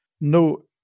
no